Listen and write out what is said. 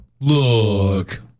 Look